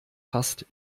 fast